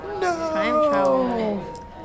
No